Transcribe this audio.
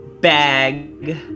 bag